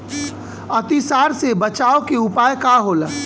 अतिसार से बचाव के उपाय का होला?